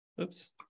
Oops